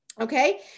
Okay